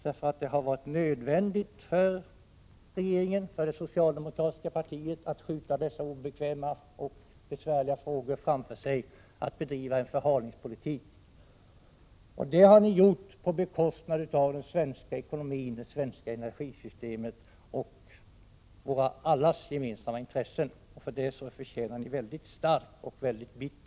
Det har varit nödvändigt för regeringen och socialdemokratiska partiet att skjuta dessa obekväma och besvärliga frågor framför sig, att bedriva en förhalningspolitik. Detta har man gjort på bekostnad av den svenska ekonomin, det svenska energisystemet och allas våra gemensamma intressen.